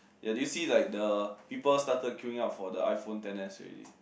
ya did you see like the people started queuing up for the iPhone ten S already